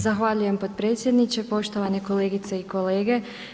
Zahvaljujem potpredsjedniče, poštovane kolegice i kolege.